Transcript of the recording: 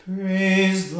Praise